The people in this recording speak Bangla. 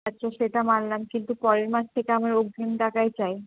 আচ্ছা সেটা মানলাম কিন্তু পরের মাস থেকে আমার অগ্রিম টাকাই চাই